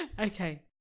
Okay